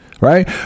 Right